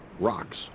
rocks